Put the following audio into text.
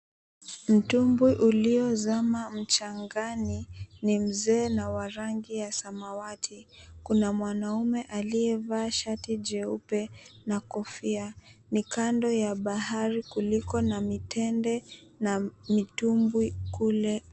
Mtumbwi uliyo zama mchangani ni mzee na wa rangi ya samawati. Kuna mwanaume aliye vaa shati jeupe na kofia. Ni kando ya bahari kuliko na mitende na mitumbwi kule.